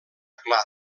clar